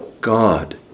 God